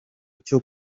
cyo